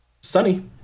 Sunny